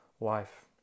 life